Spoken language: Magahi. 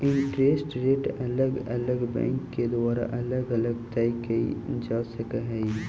इंटरेस्ट रेट अलग अलग बैंक के द्वारा अलग अलग तय कईल जा सकऽ हई